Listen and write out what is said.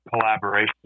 collaboration